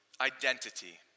Identity